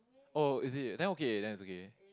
oh is it then okay then it's okay